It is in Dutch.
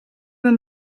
een